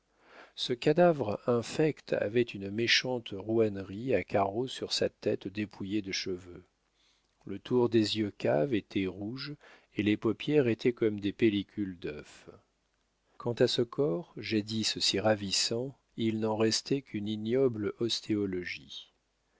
ce cadavre infect avait une méchante rouennerie à carreaux sur sa tête dépouillée de cheveux le tour des yeux caves était rouge et les paupières étaient comme des pellicules d'œuf quant à ce corps jadis si ravissant il n'en restait qu'une ignoble ostéologie a